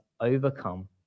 overcome